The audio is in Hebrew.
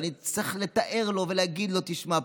ואני אצטרך לתאר לו ולהגיד לו: תשמע,